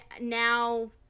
now